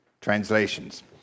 translations